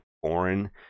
foreign